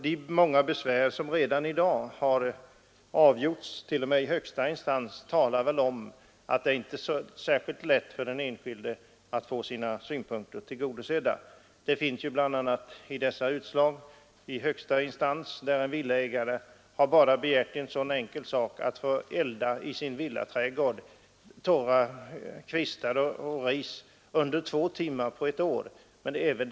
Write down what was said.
De många besvärsärenden som redan har avgjorts visar att det inte är så lätt för den enskilde att få sina synpunkter tillgodosedda. Det finns exempel på att en villaägare har begärt något så blygsamt som att två timmar under ett år få elda upp torra kvistar och ris i sin villaträdgård men att högsta instans har avslagit denna begäran.